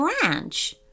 branch